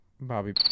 Bobby